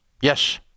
Yes